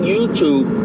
YouTube